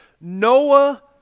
Noah